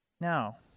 Now